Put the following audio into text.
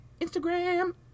Instagram